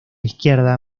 izquierda